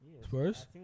Spurs